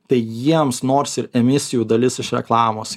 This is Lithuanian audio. tai jiems nors ir emisijų dalis iš reklamos